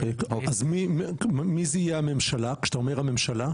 אז מי זה יהיה הממשלה כשאתה אומר הממשלה?